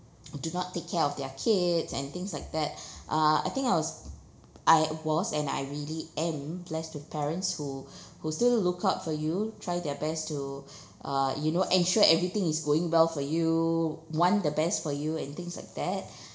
do not take care of their kids and things like that uh I think I was I was and I really am blessed with parents who who still look out for you try their best to uh you know ensure everything is going well for you want the best for you and things like that